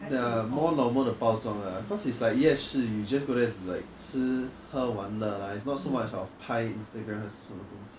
ya more normal 的包装 lah because it's like 夜市 you just go there to like 吃喝玩乐 lah it's not so much of 拍 Instagram 的什么东西